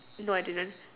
no I didn't